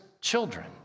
children